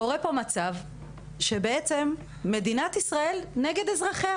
קורה פה מצב שבעצם מדינת ישראל נגד אזרחיה,